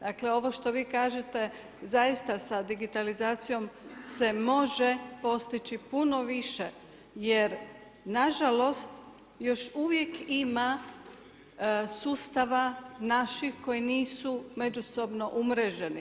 Dakle ovo što vi kažete zaista sa digitalizacijom se može postići puno više jer nažalost još uvijek ima sustava naših koji nisu međusobno umreženi.